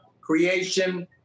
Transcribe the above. creation